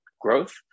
growth